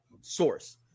source